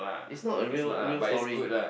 is not a real real story